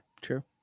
true